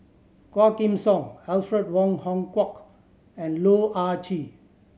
Quah Kim Song Alfred Wong Hong Kwok and Loh Ah Chee